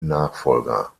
nachfolger